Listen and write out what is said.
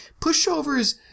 pushovers